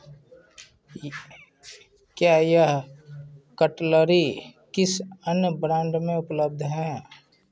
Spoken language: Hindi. क्या यह कटलरी किस अन्य ब्रांड में उपलब्ध हैं